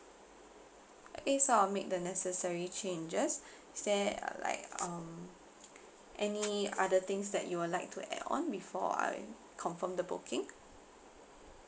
okay so I'll make the necessary changes is there a like um any other things that you would like to add on before I confirm the booking